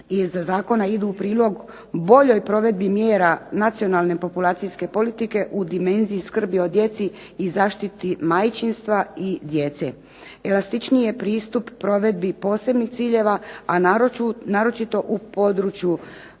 iz zakona idu u prilog boljoj provedbi mjera nacionalne populacijske politike u dimenziji skrbi o djeci i zaštiti majčinstva i djece. Elastičniji je pristup provedbi posebnih ciljeva, a naročito u području